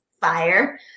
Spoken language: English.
fire